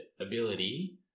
ability